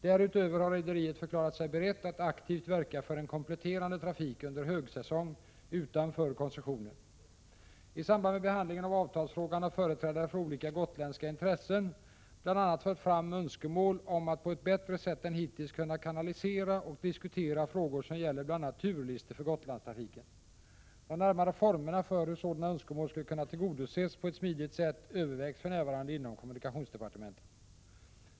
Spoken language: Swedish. Därutöver har rederiet förklarat sig berett att aktivt verka för en kompletterande trafik under högsäsong utanför koncessionen. I samband med behandlingen av avtalsfrågan har företrädare för olika gotländska intressen bl.a. fört ftam önskemål om att på ett bättre sätt än hittills kunna kanalisera och diskutera frågor som gäller bl.a. turlistor i Gotlandstrafiken. De närmare formerna för hur sådana önskemål skulle kunna tillgodoses på ett smidigt sätt övervägs för närvarande inom kommunikationsdepartementet.